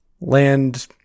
land